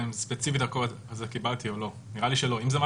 ויש פה